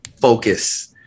focus